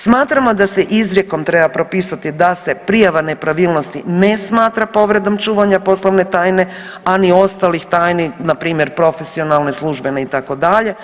Smatramo da se izrijekom treba propisati da se prijava nepravilnosti ne smatra povredom čuvanja poslovne tajne, a ni ostalih tajni na primjer profesionalne, službene itd.